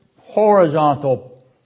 horizontal